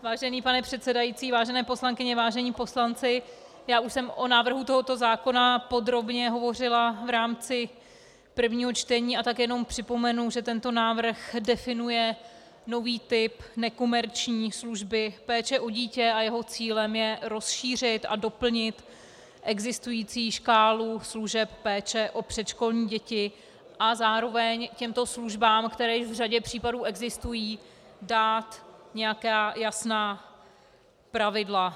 Vážený pane předsedající, vážené poslankyně, vážení poslanci, o návrhu tohoto zákona jsem už podrobně hovořila v rámci prvního čtení, a tak jenom připomenu, že tento návrh definuje nový typ nekomerční služby péče o dítě a jeho cílem je rozšířit a doplnit existující škálu služeb péče o předškolní děti a zároveň těmto službám, které již v řadě případů existují, dát nějaká jasná pravidla.